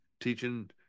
teaching